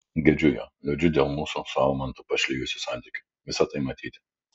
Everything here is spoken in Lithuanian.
gedžiu jo liūdžiu dėl mūsų su almantu pašlijusių santykių visa tai matyti